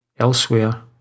Elsewhere